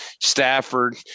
Stafford